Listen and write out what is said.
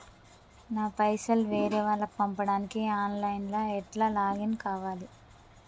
నా పైసల్ వేరే వాళ్లకి పంపడానికి ఆన్ లైన్ లా ఎట్ల లాగిన్ కావాలి?